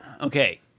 Okay